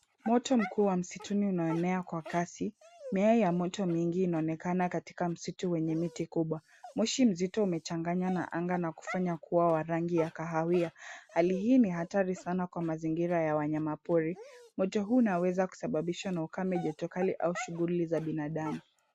Moto mkuu wa msitu unaoenea kwa kasi. Miale ya moto mingi inaonekana katika msitu wenye miti kubwa. Moshi mzito umechanganywa na anga na kufanya kuwa wa rangi ya kahawia. Hali hii ni hatari sana kwa mazingira ya wanyama pori. Moto huu unaweza kusababishwa na ukame, joto kali au shughuli za binadamu.